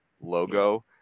logo